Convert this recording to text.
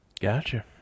Gotcha